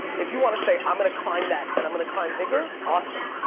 if you want to say i'm gonna climb that and i'm gonna climb bigger, awesome.